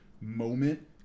moment